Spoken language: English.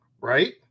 Right